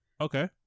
okay